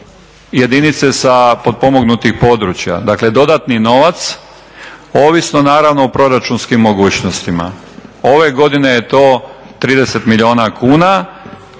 jedinice sa potpomognutih područja, dakle dodatni novac ovisno naravno o proračunskim mogućnostima. Ove godine je to 30 milijuna kuna